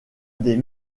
des